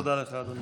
תודה לך, אדוני.